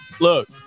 Look